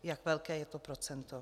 Jak velké je to procento?